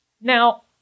Now